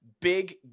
Big